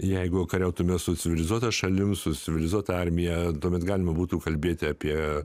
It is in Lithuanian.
jeigu kariautumėme su civilizuota šalimi su civilizuota armija tuomet galima būtų kalbėti apie